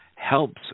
helps